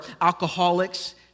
alcoholics